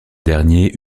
dernier